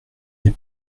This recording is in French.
des